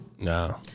No